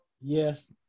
Yes